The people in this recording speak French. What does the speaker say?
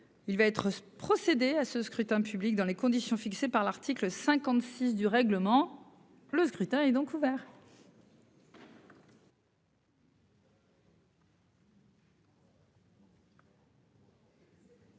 Il va être procédé à ce scrutin public dans les conditions fixées par l'article 56 du règlement. Le scrutin est donc ouvert.